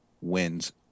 wins